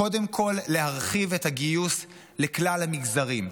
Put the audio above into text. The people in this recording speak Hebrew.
קודם כול להרחיב את הגיוס לכלל המגזרים,